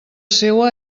seua